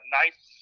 nice